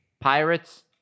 Pirates